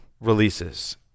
releases